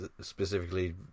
specifically